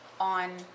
on